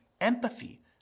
empathy